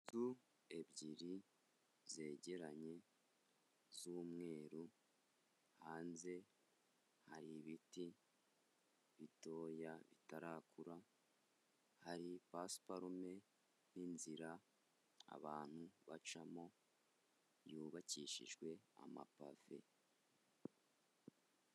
Inzu ebyiri zegeranye z'umweru, hanze hari ibiti bitoya bitarakura, hari pasiparume n'inzira abantu bacamo yubakishijwe amapave.